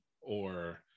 or-